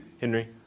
Henry